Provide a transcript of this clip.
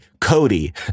Cody